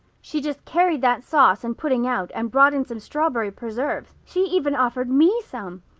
she just carried that sauce and pudding out and brought in some strawberry preserves. she even offered me some,